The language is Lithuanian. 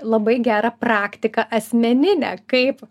labai gerą praktiką asmeninę kaip